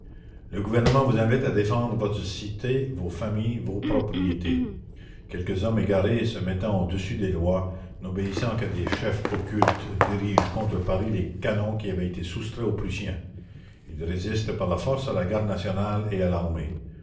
le gouvernement vous invite à défendre votre cité vos familles vos propriétés quelques hommes égarés se mettant au-dessus des lois n'obéissant qu'à des chefs occultes dirigent contre paris les canons qui avaient été soustraits aux prussiens ils résistent par la force à la garde nationale et à l'armée